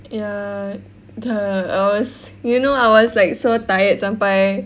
ya ya I was you know I was like so tired sampai